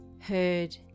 heard